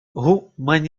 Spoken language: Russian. гуманитарная